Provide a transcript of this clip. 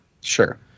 Sure